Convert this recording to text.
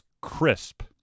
crisp